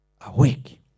Awake